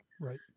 right